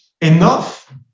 enough